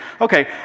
Okay